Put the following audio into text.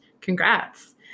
Congrats